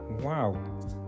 Wow